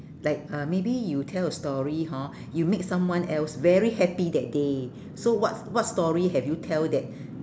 like uh maybe you tell a story hor you make someone else very happy that day so what what story have you tell that